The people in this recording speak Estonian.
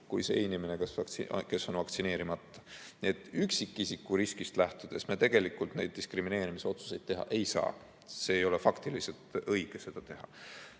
kui see inimene, kes on vaktsineerimata. Nii et üksikisiku riskist lähtudes me tegelikult neid diskrimineerimisotsuseid teha ei saa, nii ei ole faktiliselt õige teha.